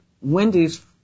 Wendy's